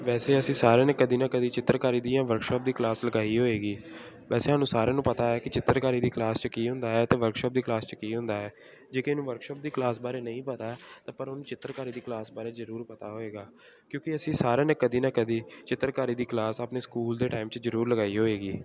ਵੈਸੇ ਅਸੀਂ ਸਾਰਿਆਂ ਨੇ ਕਦੀ ਨਾ ਕਦੀ ਚਿੱਤਰਕਾਰੀ ਦੀਆਂ ਵਰਕਸ਼ੋਪ ਦੀ ਕਲਾਸ ਲਗਾਈ ਹੋਏਗੀ ਵੈਸੇ ਸਾਨੂੰ ਸਾਰਿਆਂ ਨੂੰ ਪਤਾ ਹੈ ਕਿ ਚਿੱਤਰਕਾਰੀ ਦੀ ਕਲਾਸ 'ਚ ਕੀ ਹੁੰਦਾ ਹੈ ਅਤੇ ਵਰਕਸ਼ਾਪ ਦੀ ਕਲਾਸ 'ਚ ਕੀ ਹੁੰਦਾ ਹੈ ਜੇ ਕਿਸੇ ਨੂੰ ਵਰਕਸ਼ੋਪ ਦੀ ਕਲਾਸ ਬਾਰੇ ਨਹੀਂ ਪਤਾ ਤਾਂ ਪਰ ਉਹਨੂੰ ਚਿੱਤਰਕਾਰੀ ਦੀ ਕਲਾਸ ਬਾਰੇ ਜ਼ਰੂਰ ਪਤਾ ਹੋਏਗਾ ਕਿਉਂਕਿ ਅਸੀਂ ਸਾਰਿਆਂ ਨੇ ਕਦੀ ਨਾ ਕਦੀ ਚਿੱਤਰਕਾਰੀ ਦੀ ਕਲਾਸ ਆਪਣੇ ਸਕੂਲ ਦੇ ਟਾਈਮ 'ਚ ਜ਼ਰੂਰ ਲਗਾਈ ਹੋਏਗੀ